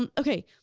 um okay.